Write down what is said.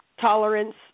tolerance